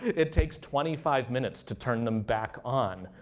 it takes twenty five minutes to turn them back on,